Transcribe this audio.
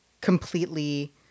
completely